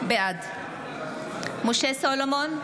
בעד משה סולומון,